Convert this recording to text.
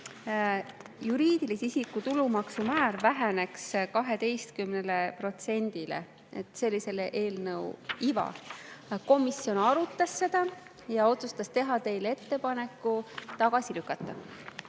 juriidilise isiku tulumaksu määr väheneks 12%-le. See oli selle eelnõu iva. Komisjon arutas seda ja otsustas teha teile ettepaneku eelnõu tagasi lükata.